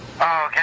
Okay